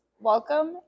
Welcome